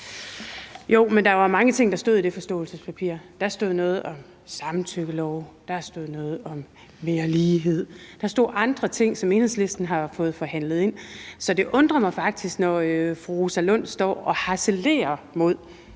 Jo, men der var mange ting, der stod i det forståelsespapir. Der stod noget om samtykkelov; der stod noget om mere lighed; der stod andre ting, som Enhedslisten har fået forhandlet ind. Så når fru Rosa Lund står og harcelerer mod